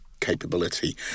capability